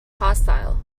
hostile